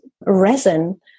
resin